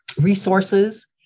resources